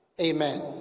Amen